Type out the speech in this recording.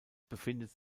befindet